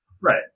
Right